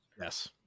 Yes